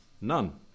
none